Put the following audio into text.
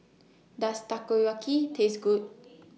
Does Takoyaki Taste Good